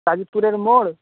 গাজীপুরের মোড়